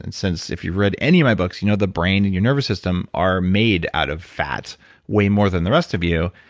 and if you've read any of my books, you know the brain and your nervous system are made out of fat way more than the rest of you.